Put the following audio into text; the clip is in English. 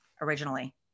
originally